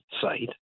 site